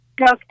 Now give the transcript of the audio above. Okay